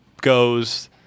goes